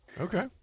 Okay